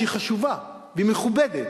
שהיא חשובה והיא מכובדת,